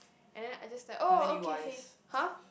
and then I just like oh okay hey [huh]